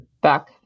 back